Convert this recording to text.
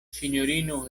sinjorino